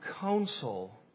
counsel